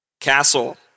castle